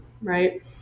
right